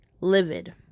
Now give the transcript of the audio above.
Livid